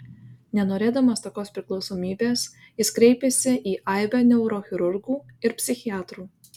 nenorėdamas tokios priklausomybės jis kreipėsi į aibę neurochirurgų ir psichiatrų